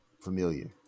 familiar